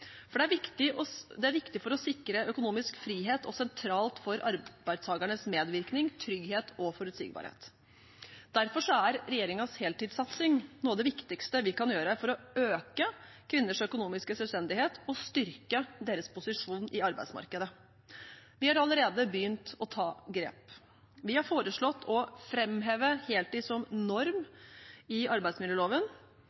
det er viktig for å sikre økonomisk frihet og er sentralt for arbeidstakernes medvirkning, trygghet og forutsigbarhet. Derfor er regjeringens heltidssatsing noe av det viktigste vi kan gjøre for å øke kvinners økonomiske selvstendighet og styrke deres posisjon i arbeidsmarkedet. Vi har allerede begynt å ta grep. Vi har foreslått å framheve heltid som norm